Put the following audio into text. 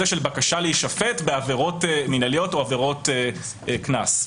הבקשה להישפט בעבירות מינהליות או עבירות קנס.